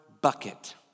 bucket